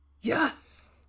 Yes